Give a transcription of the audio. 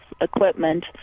equipment